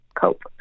cope